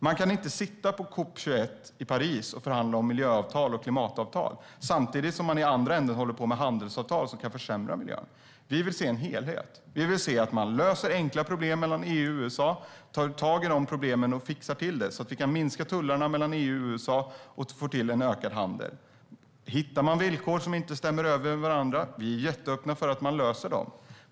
Man kan inte sitta på COP 21 i Paris och förhandla om miljö och klimatavtal samtidigt som man i andra ändan håller på med handelsavtal som kan försämra miljön. Vi vill se en helhet. Vi vill se att man löser enkla problem mellan EU och USA, tar tag i dessa problem och fixar till dem så att vi kan minska tullarna mellan EU och USA och få en ökad handel. Hittar man villkor som inte stämmer överens med varandra är vi jätteöppna för att man löser dem.